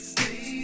Stay